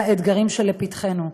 האתגרים שלפתחנו.